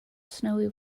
snowy